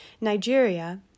Nigeria